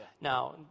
Now